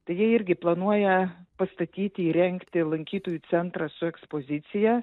tai jie irgi planuoja pastatyti įrengti lankytojų centrą su ekspozicija